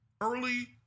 early